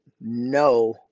no